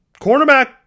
cornerback